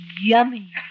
yummy